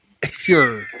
pure